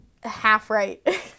half-right